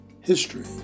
history